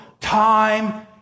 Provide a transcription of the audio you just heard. time